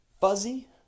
fuzzy